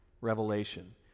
revelation